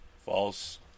false